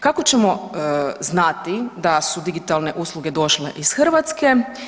Kako ćemo znati da su digitalne usluge došle iz Hrvatske?